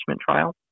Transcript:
trial